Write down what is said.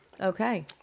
Okay